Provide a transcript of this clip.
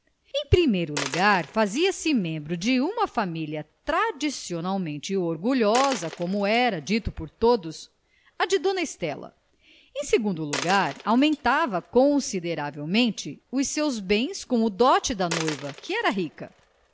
em primeiro lagar fazia-se membro de uma família tradicionalmente orgulhosa como era dito por todos a de dona estela em segundo lagar aumentava consideravelmente os seus bens com o dote da noiva que era rica